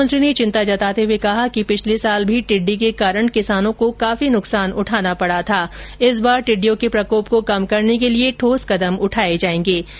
मुख्यमंत्री ने चिंता जताते हुए कहा कि पिछले वर्ष भी टिड्डी के कारण किसानों को काफी नुकसान उठाना पड़ा था इस बार टिड्डी के प्रकोप को कम करने के लिए ठोस कदम उठाएं जायेंगे